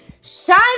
Shine